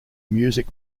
music